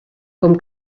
com